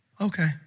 okay